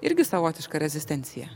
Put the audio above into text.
irgi savotiška rezistencija